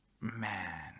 man